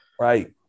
right